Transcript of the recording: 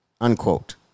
unquote